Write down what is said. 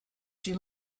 she